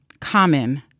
common